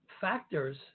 factors